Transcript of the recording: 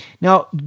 Now